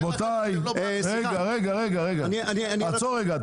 רבותיי, עצור רגע.